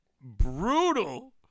brutal